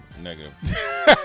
Negative